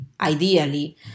ideally